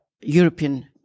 European